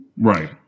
Right